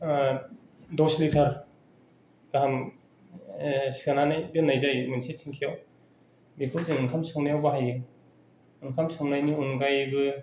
दस लिटार गाहाम सोनानै दोननाय जायो मोनसे टेंकिआव बेखौ जों ओंखाम संगनायाव बाहायो ओंखाम संगनायनि अनगायैबो